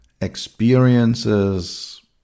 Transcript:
experiences